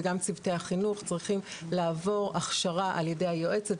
וגם צוותי החינוך צריכים לעבור הכשרה על-ידי היועצת,